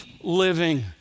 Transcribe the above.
living